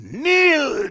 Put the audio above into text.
kneel